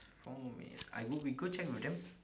four more minutes I go we go check with them